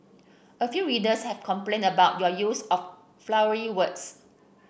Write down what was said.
a few readers have complained about your use of flowery words